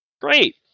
Great